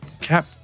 Cap